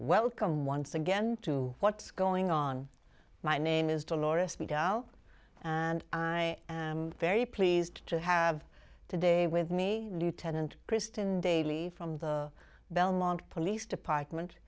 welcome once again to what's going on my name is delores me doll and i am very pleased to have today with me new tenant kristen daily from the belmont police department